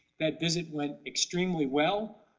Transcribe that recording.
that visit went extremely well.